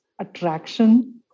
attraction